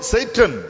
Satan